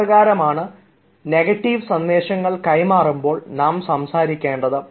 അപ്രകാരമാണ് negative സന്ദേശങ്ങൾ കൈമാറുമ്പോൾ നാം സംസാരിക്കേണ്ടത്